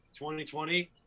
2020